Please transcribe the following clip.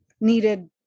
needed